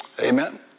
Amen